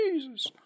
Jesus